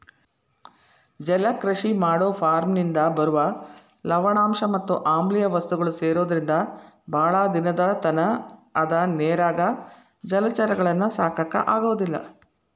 ಜಲಕೃಷಿ ಮಾಡೋ ಫಾರ್ಮನಿಂದ ಬರುವ ಲವಣಾಂಶ ಮತ್ ಆಮ್ಲಿಯ ವಸ್ತುಗಳು ಸೇರೊದ್ರಿಂದ ಬಾಳ ದಿನದತನ ಅದ ನೇರಾಗ ಜಲಚರಗಳನ್ನ ಸಾಕಾಕ ಆಗೋದಿಲ್ಲ